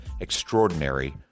extraordinary